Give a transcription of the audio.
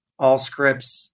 Allscripts